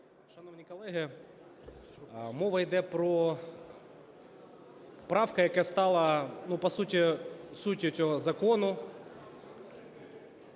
Шановні колеги, мова йде про… Правка, яка стала по суті суттю цього закону,